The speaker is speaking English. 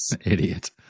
idiot